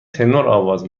تنورآواز